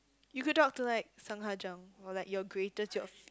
you could talk to like Sung-Ha-Jung or like your greatest your